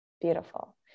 Beautiful